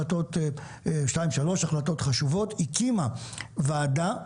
שתיים-שלוש החלטות חשובות והקימה ועדה;